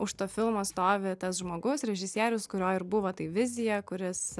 už to filmo stovi tas žmogus režisierius kurio ir buvo tai vizija kuris